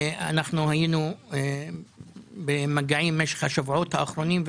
היינו במגעים במשך השבועות האחרונים,